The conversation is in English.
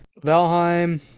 Valheim